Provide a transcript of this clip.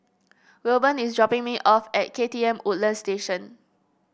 Wilburn is dropping me off at K T M Woodlands Station